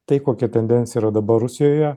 tai kokia tendencija yra dabar rusijoje